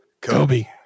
kobe